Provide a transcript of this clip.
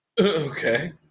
okay